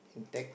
intact